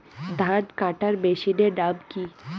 ধান কাটার মেশিনের নাম কি?